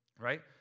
right